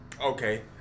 Okay